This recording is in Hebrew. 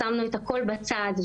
שמנו את הכול בצד,